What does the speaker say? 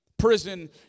Prison